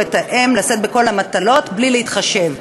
את האם לשאת בכל המטלות בלי להתחשב.